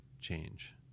change